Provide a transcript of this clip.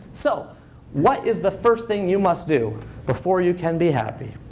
so what is the first thing you must do before you can be happy?